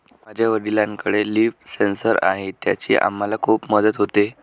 माझ्या वडिलांकडे लिफ सेन्सर आहे त्याची आम्हाला खूप मदत होते